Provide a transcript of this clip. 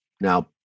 Now